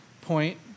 point